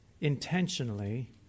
intentionally